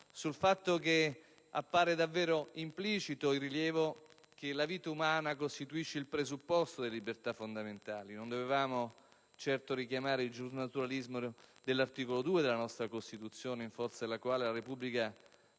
sul fatto che appare davvero implicito il rilievo che la vita umana costituisce il presupposto delle libertà fondamentali, non dovevamo certo richiamare il giusnaturalismo dell'articolo 2 della nostra Costituzione, in forza del quale la Repubblica